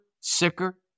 sicker